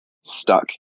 stuck